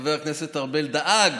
חבר הכנסת משה ארבל דאג